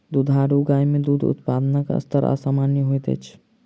दुधारू गाय मे दूध उत्पादनक स्तर असामन्य होइत अछि